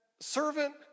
servant